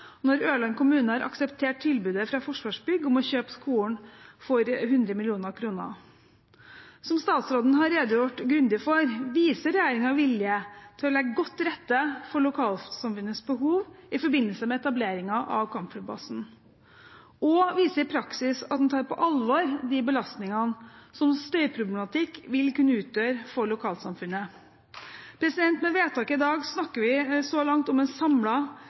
når kampflybasen blir fullt operativ, og det er beregnet behov for 150 flere boenheter for befal og vervet personell. Regjeringen fortjener ros for å ha løst saken om framtiden til Hårberg skole, da Ørland kommune har akseptert tilbudet fra Forsvarsbygg om å kjøpe skolen for 100 mill. kr. Som statsråden har redegjort grundig for, viser regjeringen vilje til å legge godt til rette for lokalsamfunnets behov i forbindelse med etableringen av kampflybasen, og den viser i praksis at den tar